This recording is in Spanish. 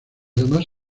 demás